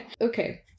Okay